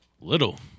Little